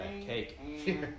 cake